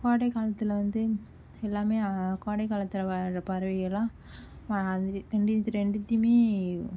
கோடைக்காலத்தில் வந்து எல்லாம் கோடைகாலத்தில் வாழுகிற பறவைகள்லாம் ரெண்டித்தியுமே